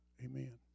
Amen